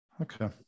Okay